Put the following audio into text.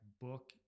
book